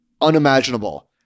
unimaginable